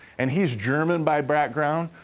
and he's german by background,